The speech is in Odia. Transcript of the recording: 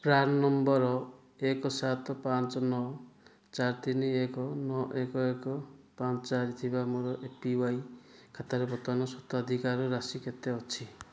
ପ୍ରାନ୍ ନମ୍ବର ଏକ ସାତ ପାଞ୍ଚ ନଅ ଚାର ତିନି ଏକ ନଅ ଏକ ଏକ ପାଞ୍ଚ ଚାରି ଥିବା ମୋର ଏ ପି ୱାଇ ଖାତାରେ ବର୍ତ୍ତମାନ ସ୍ୱତ୍ୱାଧିକାର ରାଶି କେତେ ଅଛି